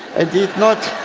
i did not